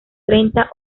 treinta